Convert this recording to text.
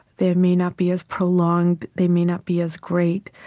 they may not be as prolonged, they may not be as great,